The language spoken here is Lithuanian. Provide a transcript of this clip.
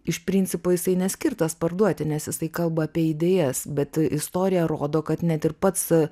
iš principo jisai neskirtas parduoti nes jisai kalba apie idėjas bet istorija rodo kad net ir pats